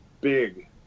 big